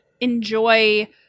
enjoy